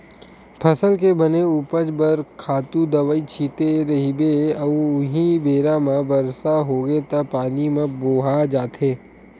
फसल के बने उपज बर खातू दवई छिते रहिबे अउ उहीं बेरा म बरसा होगे त पानी म बोहा जाथे